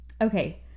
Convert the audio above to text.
okay